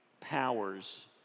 powers